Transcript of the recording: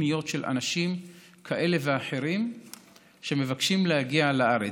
של אנשים כאלה ואחרים שמבקשים להגיע לארץ.